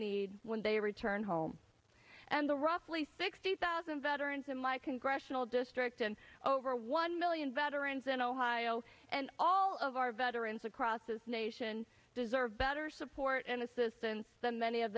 need when they return home and the roughly sixty thousand veterans in my congressional district and over one million veterans in ohio and all of our veterans across this nation deserve better support and assistance than many of